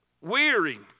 weary